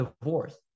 divorce